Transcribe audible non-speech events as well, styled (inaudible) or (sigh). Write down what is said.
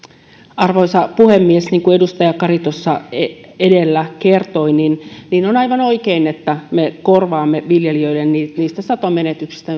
arvoisa puhemies niin kuin edustaja kari tuossa edellä kertoi on aivan oikein että me korvaamme viljelijöille niistä satomenetyksistä (unintelligible)